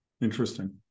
Interesting